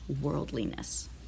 worldliness